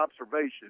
observation